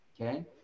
Okay